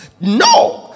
No